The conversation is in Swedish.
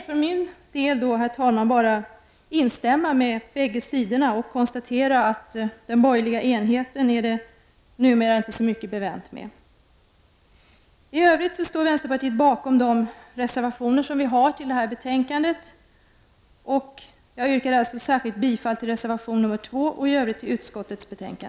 För min del, herr talman, vill jag instämma med bägge sidorna och notera att den borgerliga enheten är det numera inte så mycket bevänt med. Vänsterpartiet står bakom de reservationer som jag har avgivit till betänkandet. Jag yrkar alltså särskilt bifall till reservation 2 och i övrigt till utskottets hemställan.